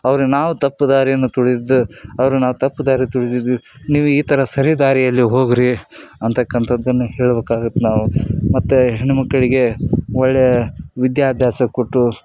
ಅವ್ರಿಗೆ ನಾವು ತಪ್ಪು ದಾರಿಯನ್ನು ತುಳಿದು ಅವ್ರನ್ನ ನಾವು ತಪ್ಪು ದಾರಿ ತುಳಿದಿದ್ದೀವಿ ನೀವು ಈ ಥರ ಸರಿದಾರಿಯಲ್ಲಿ ಹೋಗಿರಿ ಅನ್ನತಕ್ಕಂಥದ್ದನ್ನ ಹೇಳ್ಬೇಕಾಗುತ್ತೆ ನಾವು ಮತ್ತು ಹೆಣ್ಮಕ್ಕಳಿಗೆ ಒಳ್ಳೆಯ ವಿದ್ಯಾಭ್ಯಾಸ ಕೊಟ್ಟು